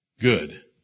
Good